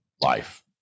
life